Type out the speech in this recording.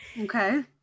Okay